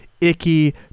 icky